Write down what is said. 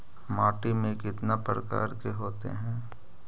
माटी में कितना प्रकार के होते हैं?